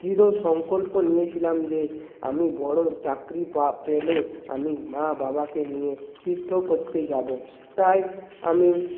দৃঢ় সংকল্প নিয়েছিলাম যে আমি বড়ো চাকরি পা পেলে আমি মা বাবাকে নিয়ে তীর্থ করতে যাবো তাই আমি